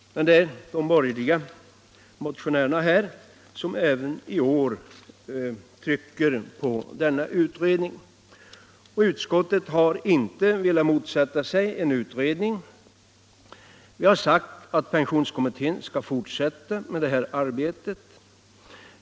Men de borgerliga motionärerna kräver även i år en sådan utredning. Utskottet har inte velat motsätta sig en utredning. Vi har sagt att pensionskommittén skall fortsätta med detta arbete.